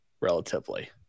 relatively